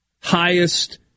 highest